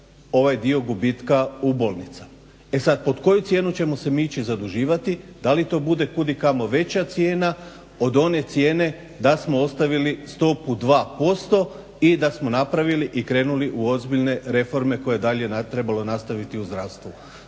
ovaj dio gubitka u bolnicama. E sad, po koju cijenu ćemo se mi ići zaduživati, da li to bude kudikamo veća cijena od one cijene da smo ostavili stopu 2% i da smo napravili i krenuli u ozbiljne reforme koje je dalje trebalo nastaviti u zdravstvu.